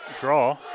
draw